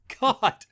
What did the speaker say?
God